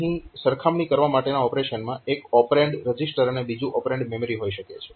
અહીં સરખામણી કરવા માટેના ઓપરેશનમાં એક ઓપરેન્ડ રજીસ્ટર અને બીજું ઓપરેન્ડ મેમરી હોઈ શકે છે